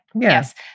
Yes